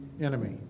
enemy